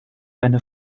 eine